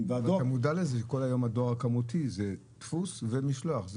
תה מודע לכך שהיום הדואר הכמותי הוא דפוס ומשלוח.